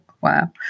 wow